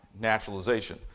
Naturalization